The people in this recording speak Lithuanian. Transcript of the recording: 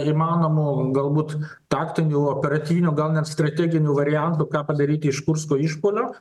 įmanomų galbūt taktinių operatyvinių gal net strateginių variantų ką padaryti iš kursko išpuolio